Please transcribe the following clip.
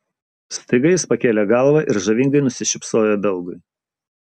staiga jis pakėlė galvą ir žavingai nusišypsojo belgui